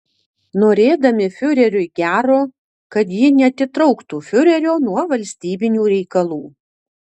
norėdami fiureriui gero kad ji neatitrauktų fiurerio nuo valstybinių reikalų